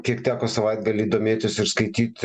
kiek teko savaitgalį domėtis ir skaityt